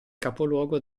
capoluogo